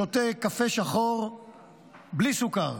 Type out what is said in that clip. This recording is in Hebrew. שותה קפה שחור בלי סוכר.